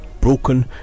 broken